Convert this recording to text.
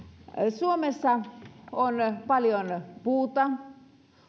suomessa on paljon puuta